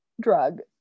drug